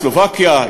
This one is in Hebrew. סלובקיה,